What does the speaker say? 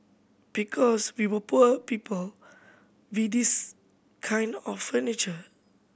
because we were poor people we this kind of furniture